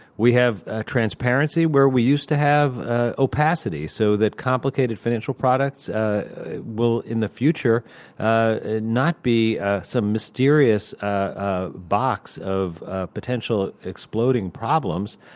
we have ah transparency where we used to have ah opacity so that complicated financial products will in the future um not be some mysterious ah box of potential exploding problems.